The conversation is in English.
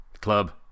club